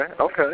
okay